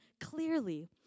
clearly